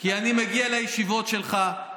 כי אני מגיע לישיבות שלך.